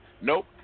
Nope